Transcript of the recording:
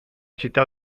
città